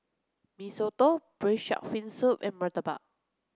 Mee Soto Braised Shark Fin Soup and Murtabak